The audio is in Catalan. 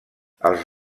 els